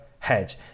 hedge